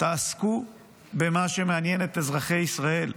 תעסקו במה שמעניין את אזרחי ישראל.